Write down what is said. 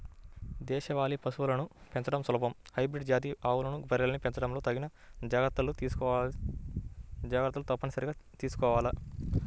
దేశవాళీ పశువులను పెంచడం సులభం, హైబ్రిడ్ జాతి ఆవులు, బర్రెల్ని పెంచడంలో తగిన జాగర్తలు తప్పనిసరిగా తీసుకోవాల